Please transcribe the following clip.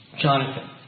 Jonathan